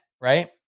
right